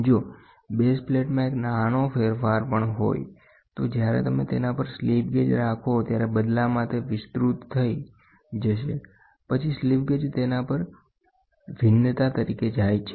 જો બેઝ પ્લેટમાં એક નાનો ફેરફાર હોય તો જ્યારે તમે તેના પર સ્લિપ ગેજ રાખો ત્યારે બદલામાં તે વિસ્તૃત થઈ જશેપછી સ્લિપ ગેજ તેના પર ભિન્નતા તરીકે જાય છે